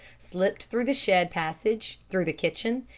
slipped through the shed passage, through the kitchen,